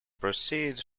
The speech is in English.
proceeds